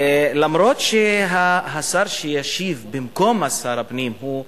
אף-על-פי שהשר שישיב במקום שר הפנים הוא השר,